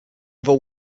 evil